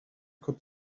could